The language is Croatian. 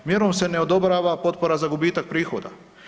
Mjerom se ne odobrava potpora za gubitak prihoda.